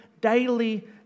daily